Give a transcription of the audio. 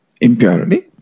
impurity